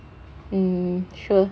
mm sure